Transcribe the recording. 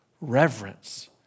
reverence